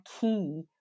key